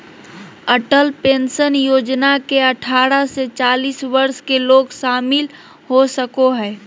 Atal pension Yojana में अठारह से चालीस वर्ष के लोग शामिल हो सको हइ